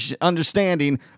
understanding